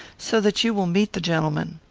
so that you will meet the gentleman.